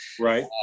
Right